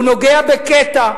הוא נוגע בקטע.